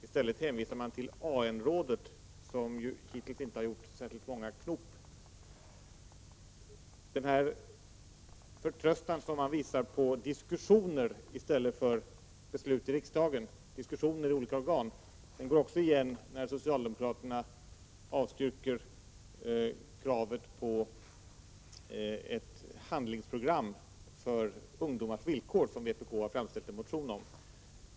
I stället hänvisar man till AN-rådet, som hittills inte gjort särskilt många knop. Den förtröstan man visar på diskussioner i olika organ i stället för beslut i riksdagen går också igen när socialdemokraterna avstyrker kravet på ett handlingsprogram om ungdomars villkor, som vpk ingivit en motion om.